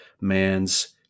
man's